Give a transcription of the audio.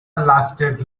lasted